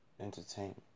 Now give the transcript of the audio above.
entertainment